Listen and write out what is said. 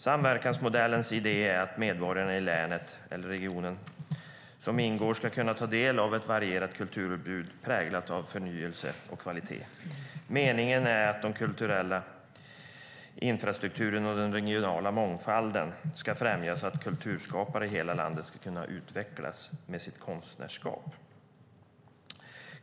Samverkansmodellens idé är att medborgarna i län eller regioner som ingår ska kunna ta del av ett varierat kulturutbud präglat av förnyelse och kvalitet. Meningen är att den kulturella infrastrukturen och regionala mångfalden ska främja att kulturskapare i hela landet ska kunna utvecklas med sitt konstnärskap.